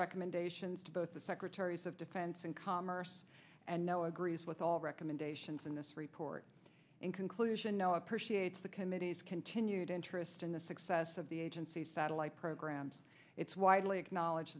recommendations to both the secretaries of defense and commerce and now agrees with all recommendations in this report and conclusion now appreciates the committee's continued interest in the success of the agency's satellite programs it's widely acknowledge